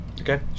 Okay